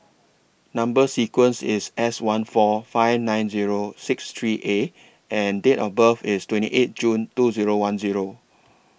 Number sequence IS S one four five nine Zero six three A and Date of birth IS twenty eight June two Zero one Zero